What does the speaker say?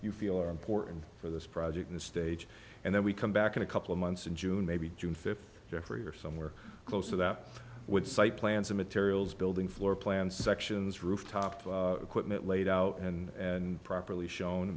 you feel are important for this project and stage and then we come back in a couple of months in june maybe june fifth jeffery or somewhere close to that would site plans of materials building floor plan sections rooftop equipment laid out and properly shown